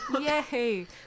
Yay